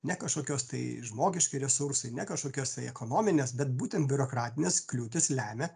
ne kažkokios tai žmogiški resursai ne kažkokios tai ekonominės bet būtent biurokratinės kliūtys lemia